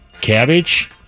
Cabbage